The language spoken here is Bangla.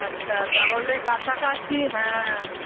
আচ্ছা তাহলে কাছাকাছি হ্যাঁ